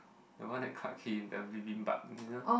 the one that cut queue in the bibimpap you know